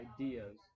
ideas